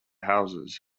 houses